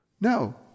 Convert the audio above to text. No